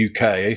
UK